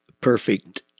perfect